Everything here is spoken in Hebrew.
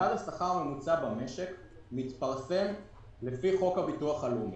מדד השכר הממוצע במשק מתפרסם לפי חוק הביטוח הלאומי.